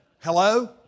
Hello